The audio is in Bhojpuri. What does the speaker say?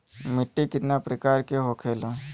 मिट्टी कितना प्रकार के होखेला?